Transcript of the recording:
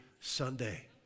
Sunday